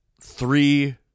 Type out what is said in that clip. three